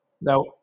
Now